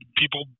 people